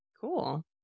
Cool